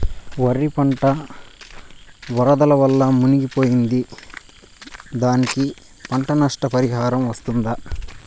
వరి పంట వరదల వల్ల మునిగి పోయింది, దానికి పంట నష్ట పరిహారం వస్తుందా?